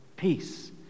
peace